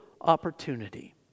opportunity